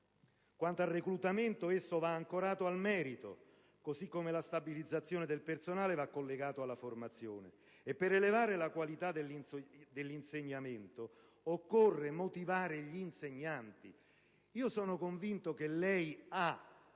Quanto al reclutamento, esso va ancorato al merito, così come la stabilizzazione del personale va collegata alla formazione, e per elevare la qualità dell'insegnamento occorre motivare gli insegnanti. Io sono convinto che lei abbia